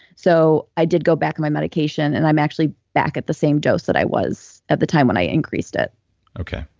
so i did go back on my medication, and i'm actually back at the same dose that i was at the time when i increased it okay.